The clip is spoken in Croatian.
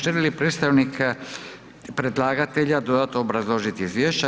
Želi li predstavnik predlagatelja dodatno obrazložiti izvješće?